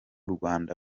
rwanda